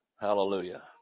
Hallelujah